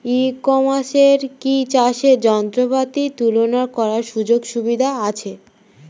ই কমার্সে কি চাষের যন্ত্রপাতি তুলনা করার সুযোগ সুবিধা আছে?